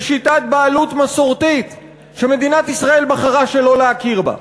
בשיטת בעלות מסורתית שמדינת ישראל בחרה שלא להכיר בה.